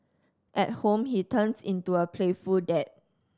at home he turns into a playful dad